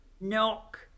Knock